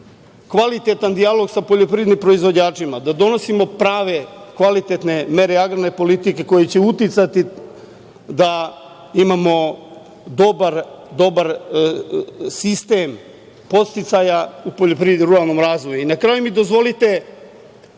kvalitetan dijalog sa poljoprivrednim proizvođačima, da donosimo prave kvalitetne mere agrarne politike koje će uticati da imamo dobar sistem podsticaja u poljoprivredi i ruralnom razvoju. Na kraju mi dozvolite